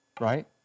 right